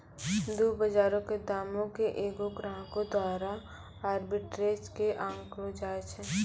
दु बजारो के दामो के एगो ग्राहको द्वारा आर्बिट्रेज मे आंकलो जाय छै